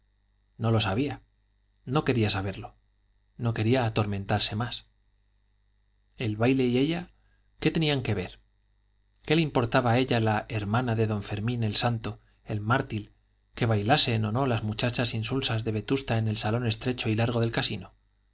no lo sabía no quería saberlo no quería atormentarse más el baile y ella qué tenían que ver qué le importaba a ella a la hermana de don fermín el santo el mártir que bailasen o no las muchachas insulsas de vetusta en el salón estrecho y largo del casino